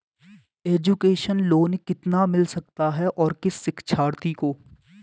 Education loan कितना मिल सकता है और किस शिक्षार्थी को?